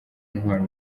intwaro